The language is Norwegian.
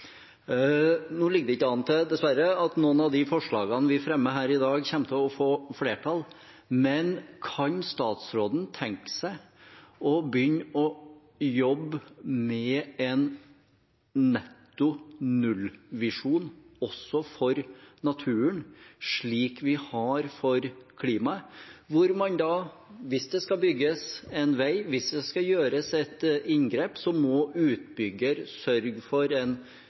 ligger dessverre ikke an til at noen av de forslagene vi fremmer i dag, kommer til å få flertall, men kan statsråden tenke seg å begynne å jobbe med en netto-nullvisjon også for naturen, slik vi har for klimaet, slik at hvis det skal bygges en vei, hvis det skal gjøres et inngrep, må utbygger sørge for en